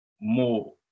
more